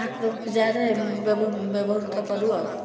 ଠାକୁର ପୂଜାରେ ବ୍ୟବହୃତ କରୁ ଆଉ